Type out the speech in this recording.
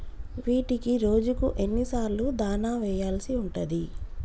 వీటికి రోజుకు ఎన్ని సార్లు దాణా వెయ్యాల్సి ఉంటది?